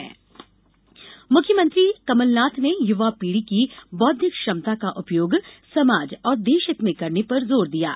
मुख्यमंत्री मुख्यमंत्री कमलनाथ ने युवा पीढ़ी की बौद्दक क्षमता का उपयोग समाज और देशहित में करने पर जोर दिया है